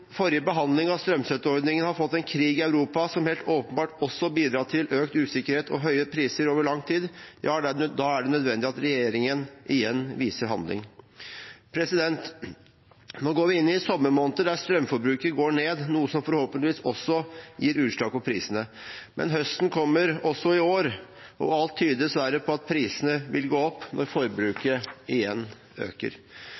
forrige behandling av strømstøtteordningen har fått en krig i Europa, som helt åpenbart også bidrar til økt usikkerhet og høye priser over lang tid, er det nødvendig at regjeringen igjen viser handling. Nå går vi inn i sommermåneder der strømforbruket går ned, noe som forhåpentligvis også gir utslag på prisene. Men høsten kommer også i år, og alt tyder dessverre på at prisene vil gå opp når